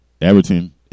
Everton